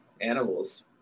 Animals